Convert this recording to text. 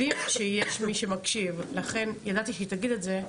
יודעים שיש מי שמקשיב, לכן ידעתי שהיא תגיד את זה,